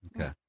Okay